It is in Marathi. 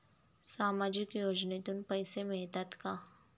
सामाजिक योजनेतून पैसे मिळतात का?